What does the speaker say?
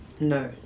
No